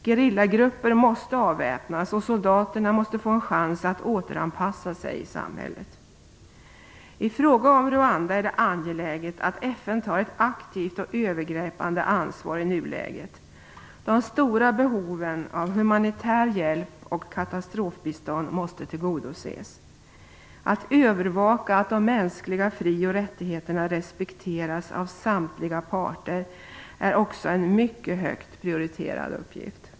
Gerillagrupper måste avväpnas och soldaterna måste få en chans att återanpassa sig i samhället. I fråga om Rwanda är det angeläget att FN tar ett aktivt och övergripande ansvar i nuläget. De stora behoven av humanitär hjälp och katastrofbistånd måste tillgodoses. Att övervaka att de mänskliga frioch rättigheterna respekteras av samtliga parter är också en mycket högt prioriterad uppgift.